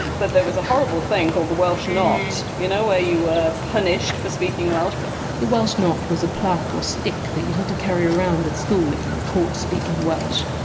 but there was a horrible thing called the welsh not, you know where you were punished for speaking welsh the welsh not was a plaque or stick that you had to carry around at school if you were caught speaking welsh.